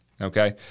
okay